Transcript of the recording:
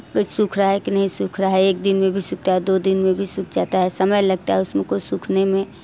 कुछ सूख रहा है कि नहीं सूख रहा है एक दिन में भी सूख जाता है दो दिन में भी सूख जाता है समय लगता है उसको सूखने में